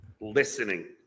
listening